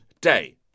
day